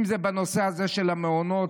אם זה בנושא הזה של המעונות.